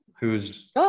who's-